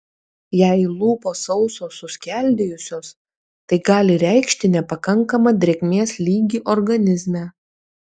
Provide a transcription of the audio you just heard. jei lūpos sausos suskeldėjusios tai gali reikšti nepakankamą drėgmės lygį organizme